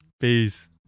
Peace